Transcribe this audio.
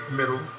middle